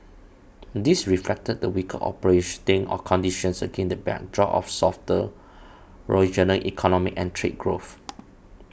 this reflected the weaker operating conditions against the backdrop of softer regional economic and trade growth